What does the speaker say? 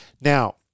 Now